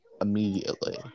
immediately